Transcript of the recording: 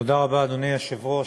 אדוני היושב-ראש,